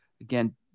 again